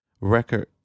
record